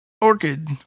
orchid